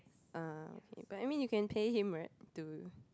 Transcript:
uh okay but I mean you can pay him right to